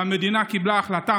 והמדינה קיבלה החלטה,